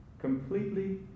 completely